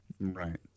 Right